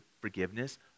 forgiveness